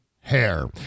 hair